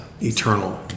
eternal